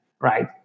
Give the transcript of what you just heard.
right